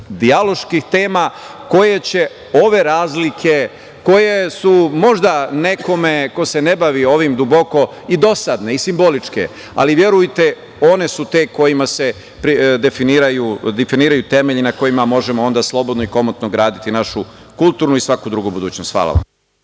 dijaloških tema koje će ove razlike, koje su možda nekome ko se ne bavi ovim duboka i dosadne i simboličke, ali verujte one su te kojima se definišu temelji na kojima možemo onda slobodno i komotno graditi našu kulturnu i svaku drugu budućnost. Hvala.